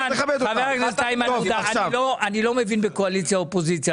אני לא מבין בקואליציה-אופוזיציה,